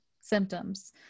symptoms